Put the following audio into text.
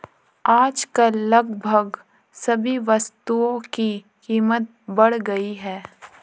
आजकल लगभग सभी वस्तुओं की कीमत बढ़ गई है